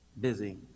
busy